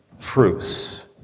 truths